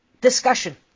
discussion